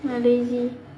I lazy